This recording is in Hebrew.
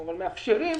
אבל אנחנו מאפשרים.